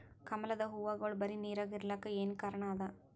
ಕಮಲದ ಹೂವಾಗೋಳ ಬರೀ ನೀರಾಗ ಇರಲಾಕ ಏನ ಕಾರಣ ಅದಾ?